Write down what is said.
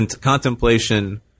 Contemplation